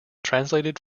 translated